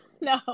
No